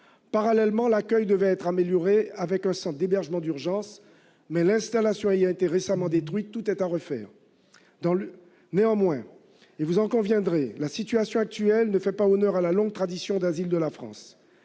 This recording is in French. Parallèlement, l'accueil devait être amélioré par la création d'un centre d'hébergement d'urgence, mais l'installation ayant été récemment détruite, tout est à refaire. Vous conviendrez que la situation actuelle ne fait pas honneur à la longue tradition d'asile de la France.